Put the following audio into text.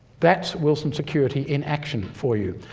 that's wilson security in action for you.